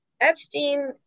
Epstein